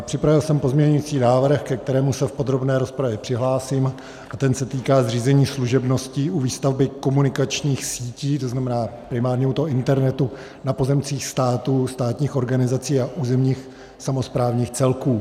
Připravil jsem pozměňovací návrh, ke kterému se v podrobné rozpravě přihlásím, a ten se týká zřízení služebností u výstavby komunikačních sítí, to znamená primárně u toho internetu, na pozemcích státu, státních organizací a územních samosprávných celků.